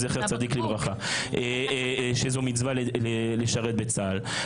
זצ"ל, שזאת מצווה לשרת בצה"ל.